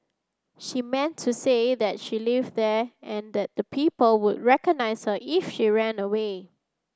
she meant to say that she lived there and that the people would recognise her if she ran away